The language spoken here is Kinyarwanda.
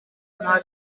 nta